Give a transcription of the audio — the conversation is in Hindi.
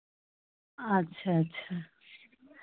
अच्छा अच्छा